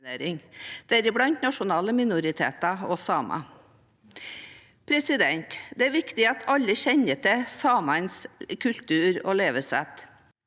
deriblant nasjonale minoriteter og samer. Det er viktig at alle kjenner til samenes kultur og levesett.